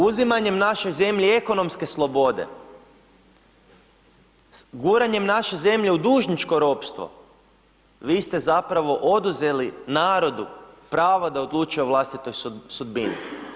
Uzimanjem našoj zemlji ekonomske slobode, guranjem naše zemlje u dužničko ropstvo, vi ste zapravo oduzeli narodu pravo da odlučuje o vlastitoj sudbini.